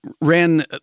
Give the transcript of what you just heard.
ran